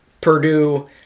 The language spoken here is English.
Purdue